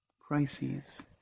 crises